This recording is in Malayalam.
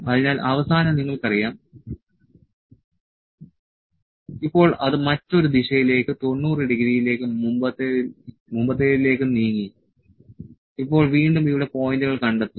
അതിനാൽ അവസാനം നിങ്ങൾക്കറിയാം ഇപ്പോൾ അത് മറ്റൊരു ദിശയിലേക്ക് 90 ഡിഗ്രിയിലേക്കും മുമ്പത്തേതിലേക്കും നീങ്ങി ഇപ്പോൾ വീണ്ടും ഇവിടെ പോയിന്റുകൾ കണ്ടെത്തുന്നു